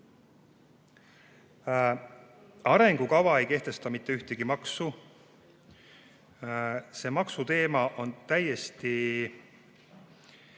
Arengukava ei kehtesta mitte ühtegi maksu, maksuteema on sellest